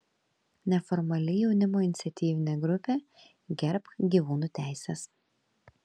neformali jaunimo iniciatyvinė grupė gerbk gyvūnų teises